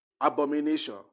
Abomination